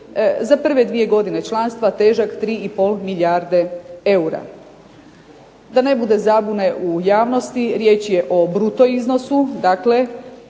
za prve dvije godine članstva težak 3,5 milijarde eura. Da ne bude zabune u javnosti, riječ je o bruto iznosu. Dakle,